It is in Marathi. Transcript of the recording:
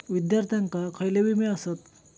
विद्यार्थ्यांका खयले विमे आसत?